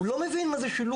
הוא לא מבין מה זה שילוב.